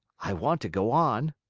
i want to go on.